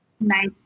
nice